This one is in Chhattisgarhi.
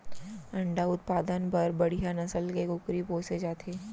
अंडा उत्पादन बर बड़िहा नसल के कुकरी पोसे जाथे